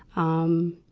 um,